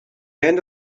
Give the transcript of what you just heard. end